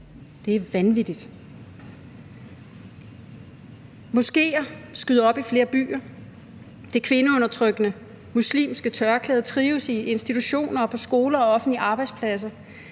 Det er vanvittigt. Moskéer skyder op i flere byer, det kvindeundertrykkende muslimske tørklæde trives i institutioner og på skoler og offentlige arbejdspladser,